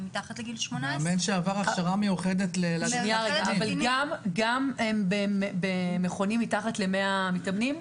מתחת לגיל 18. אבל גם במכונים מתחת ל-100 מתאמנים?